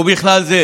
ובכלל זה